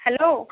hello